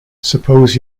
suppose